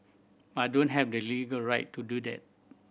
but don't have the legal right to do that